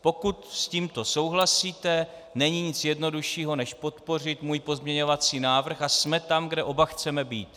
Pokud s tímto souhlasíte, není nic jednoduššího než podpořit můj pozměňovací návrh, a jsme tam, kde oba chceme být.